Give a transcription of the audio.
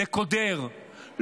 לקודר,